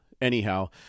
Anyhow